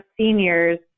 seniors